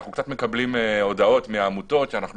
אנחנו מקבלים הודעות מהעמותות שאנחנו